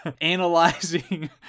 analyzing